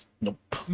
nope